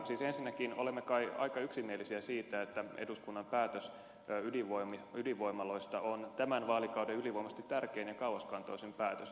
siis ensinnäkin olemme kai aika yksimielisiä siitä että eduskunnan päätös ydinvoimaloista on tämän vaalikauden ylivoimaisesti tärkein ja kauaskantoisin päätös